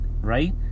Right